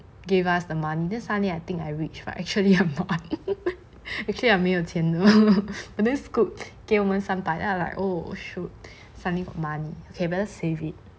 gave us the money then suddenly I think I rich but actually I'm not actually 我没有钱的 but then scoot 给我们三百 then I like oh shoot suddenly got money okay better save it